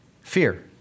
fear